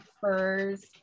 furs